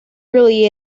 really